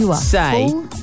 say